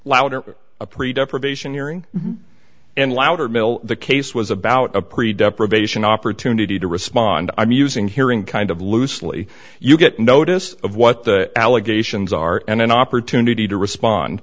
louder a pre death probation hearing and louder mil the case was about a pre depravation opportunity to respond i'm using hearing kind of loosely you get notice of what the allegations are and an opportunity to respond